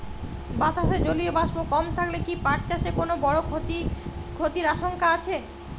বাতাসে জলীয় বাষ্প কম থাকলে কি পাট চাষে কোনো বড় ক্ষতির আশঙ্কা আছে?